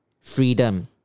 freedom